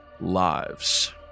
lives